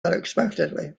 unexpectedly